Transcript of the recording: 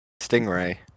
Stingray